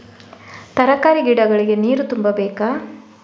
ತರಕಾರಿ ಗಿಡಗಳಿಗೆ ನೀರು ತುಂಬಬೇಕಾ?